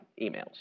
emails